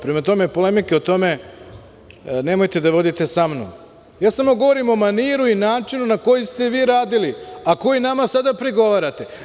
Prema tome polemiku o tome nemojte da vodite s mnom, jer ja samo govorim o maniru i načinu na koji ste vi radili, a koji sada vi nama prigovarate.